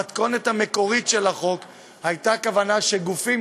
במתכונת המקורית של החוק הייתה כוונה שגופים